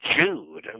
Jude